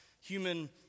human